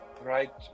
right